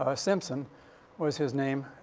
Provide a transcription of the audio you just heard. ah simpson was his name,